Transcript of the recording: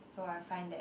so I find that